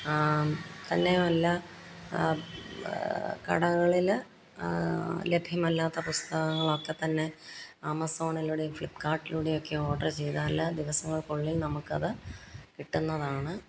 ആ തന്നെയുമല്ല കടകളില് ലഭ്യമല്ലാത്ത പുസ്തകങ്ങൾ ഒക്കെ തന്നെ ആമസോണിലൂടെയും ഫ്ലിപ്കാർട്ടിലൂടെയും ഒക്കെ ഓർഡർ ചെയ്താല് ദിവസങ്ങൾക്കുള്ളിൽ നമുക്കത് കിട്ടുന്നതാണ്